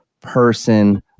person